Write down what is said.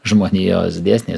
žmonijos dėsniai